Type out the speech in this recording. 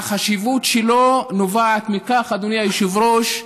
אדוני היושב-ראש,